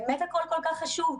באמת הכל כל כך חשוב?